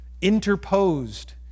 interposed